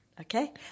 Okay